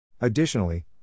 Additionally